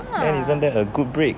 then isn't that a good break